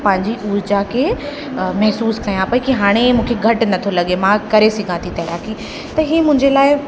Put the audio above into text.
पंहिंजी ऊर्जा खे महिसूसु कयां पेई कि हाणे मूंखे घटि नथो लॻे मां करे सघां थी तैराकी त इहे मुंहिंजे लाइ